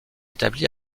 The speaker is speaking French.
établi